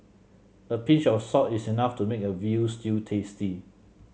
a pinch of salt is enough to make a veal stew tasty